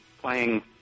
playing